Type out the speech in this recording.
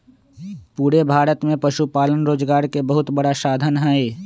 पूरे भारत में पशुपालन रोजगार के बहुत बड़ा साधन हई